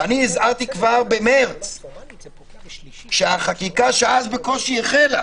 הזהרתי כבר במרס, שהחקיקה, שאז בקושי החלה,